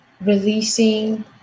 releasing